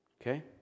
Okay